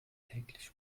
täglich